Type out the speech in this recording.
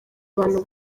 abantu